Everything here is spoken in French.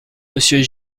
monsieur